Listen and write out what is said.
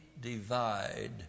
divide